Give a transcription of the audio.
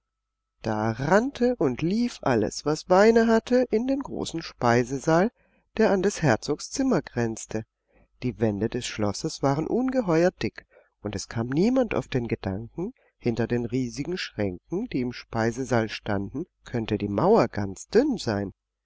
da rannte und lief alles was beine hatte in den großen speisesaal der an des herzogs zimmer grenzte die wände des schlosses waren ungeheuer dick und es kam niemand auf den gedanken hinter den riesigen schränken die im speisesaal standen könnte die mauer ganz dünn sein